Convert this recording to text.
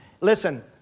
listen